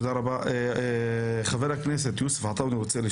חבר הכנסת יוסף עטאונה,